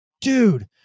dude